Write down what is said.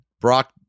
Brock